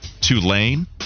Tulane